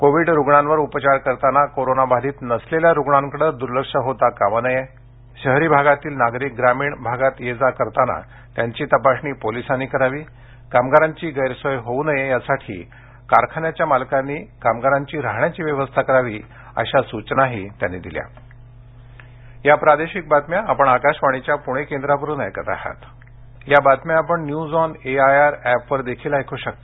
Covid रुग्णांवर उपचार करतांना कोरोना बाधित नसलेल्या रुग्णाकडे दुर्लक्ष होता कामा नये शहरी भागातील नागरिक ग्रामीण भागात ये जा करताना त्यांची तपासणी पोलिसांनी करावी कामगारांची गैरसोय होवू नये यासाठी कारखान्याच्या मालकांनी कामगारांची राहण्याची व्यवस्था करावी अशा सूचनाही त्यांनी दिल्या या बातम्या आपण न्यूज ऑन एआयआर ऍपवर देखील ऐकू शकता